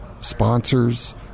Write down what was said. sponsors